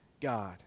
God